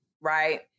Right